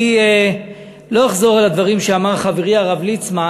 אני לא אחזור על הדברים שאמר חברי הרב ליצמן,